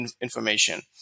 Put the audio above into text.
information